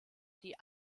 die